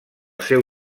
seu